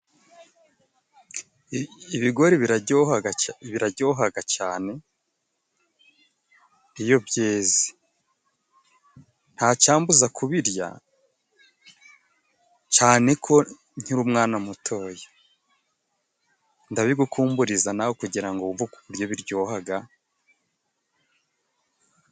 Ibigori biraryoha cyane, iyo byeze, ntacyambuza kubirya cyane nkiri umwana muto, ndabigukumbuza nawe kugira ngo wumve ukuntu biryoha.